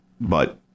but-